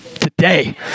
today